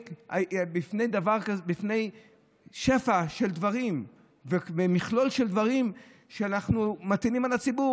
בפני שפע של דברים ומכלול של דברים שאנחנו מטילים על הציבור.